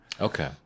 Okay